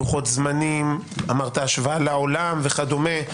לוחות זמנים; אמרת "השוואה לעולם" וכדומה.